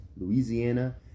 Louisiana